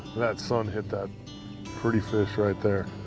that sun hit that pretty fish right there.